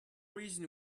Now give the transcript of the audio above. reason